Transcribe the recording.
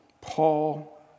Paul